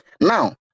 Now